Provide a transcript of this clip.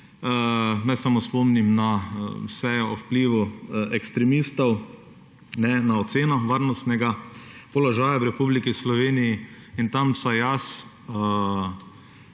Naj samo spomnim na sejo o vplivu ekstremistov, na oceno varnostnega položaja v Republiki Sloveniji. Tam vsaj jaz